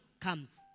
comes